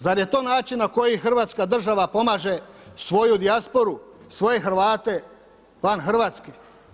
Zar je to način na koji hrvatska država pomaže svoju dijasporu, svoje Hrvate van Hrvatske?